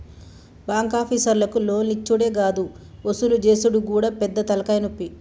బాంకాపీసర్లకు లోన్లిచ్చుడే గాదు వసూలు జేసుడు గూడా పెద్ద తల్కాయనొప్పి